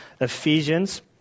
Ephesians